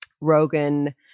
Rogan